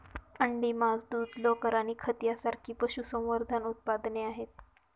अंडी, मांस, दूध, लोकर आणि खत यांसारखी पशुसंवर्धन उत्पादने आहेत